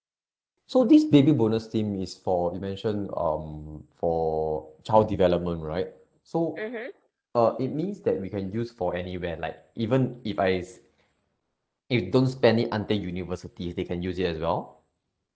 so this baby bonus scheme is for you mentioned um for child development right so uh it means that we can use for anywhere like even if I if don't spend it until university they can use it as well